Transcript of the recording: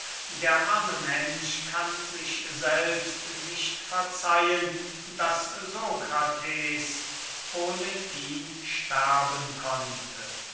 der arme mensch kann sich selbst nicht verzeihen daß sokrates ohne ihn sterben konnte